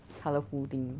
colourful thing